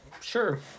Sure